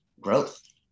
growth